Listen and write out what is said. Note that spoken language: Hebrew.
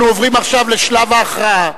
אנחנו עוברים עכשיו לשלב ההכרעה,